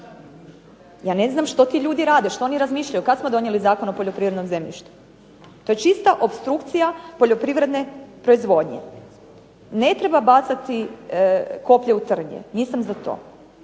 Ja ne znam što ti ljudi rade, što oni razmišljaju. Kad smo donijeli Zakon o poljoprivrednom zemljištu. To je čista opstrukcija poljoprivredne proizvodnje. Ne treba bacati koplje u trnje, nisam za to.